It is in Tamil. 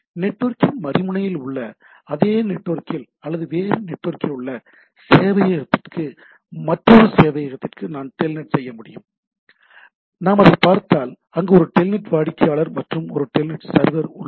நெட்வொர்க்கின் மறுமுனையில் அல்லது அதே நெட்வொர்க்கில் அல்லது வேறு நெட்வொர்க்கில் உள்ள ஒரு சேவையகத்திற்கு மற்றொரு சேவையகத்திற்கு நான் டெல்நெட் செய்ய முடியும் நாம் அது பார்த்தால் அங்கு ஒரு டெல்நெட் வாடிக்கையாளர் மற்றும் ஒரு டெல்நெட் சர்வர் உள்ளது